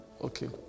Okay